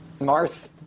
marth